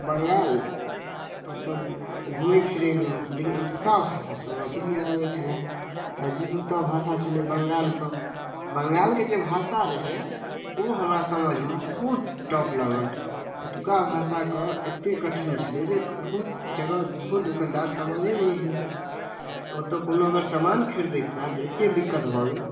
बङ्गाल अपन घुमैफिरैलए लेकिन ओतुका भाषा समझेमे नहि आबै छलै अजीब ओतऽ भाषा छलै बङ्गालके बङ्गालके जे भाषा रहै ओ हमरा समझिमे बहुत टफ लागल ओतुका भाषाके एतेक कठिन छलै जे बहुत जगह बहुत दोकानदार समझै नहि हिन्दी ओतऽ अगर कोनो समान खरिदैके हुअए तऽ एतेक दिक्कत भऽ गेल